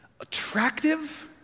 attractive